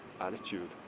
attitude